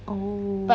oh